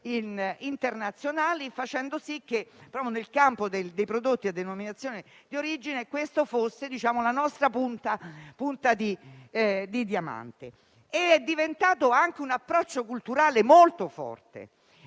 internazionali, facendo sì che proprio il campo dei prodotti a denominazione di origine diventasse la nostra punta di diamante. È diventato anche un approccio culturale molto forte.